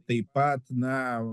taip pat na